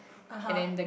(uh huh)